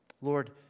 Lord